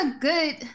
good